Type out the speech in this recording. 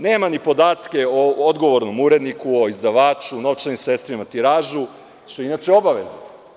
Nema ni podatke o odgovornom uredniku, o izdavaču, o novčanim sredstvima, o tiražu, što je inače obaveza.